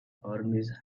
armies